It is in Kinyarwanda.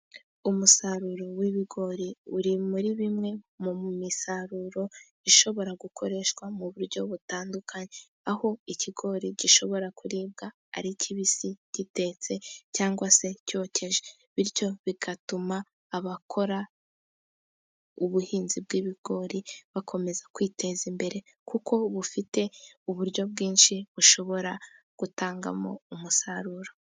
Umusaruro w'ibigori uri muri bimwe mu misaruro ishobora gukoreshwa mu buryo butandukanye. Aho ikigori gishobora kuribwa ari kibisi, gitetse, cyangwa se cyokejwe. Bityo bigatuma abakora ubuhinzi bw'ibigori bakomeza kwiteza imbere, kuko bufite uburyo bwinshi bushobora gutangamo umusaruro.